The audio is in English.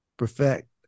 perfect